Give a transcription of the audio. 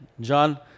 John